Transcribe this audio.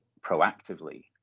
proactively